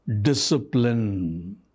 discipline